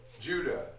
Judah